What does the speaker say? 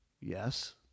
Yes